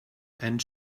and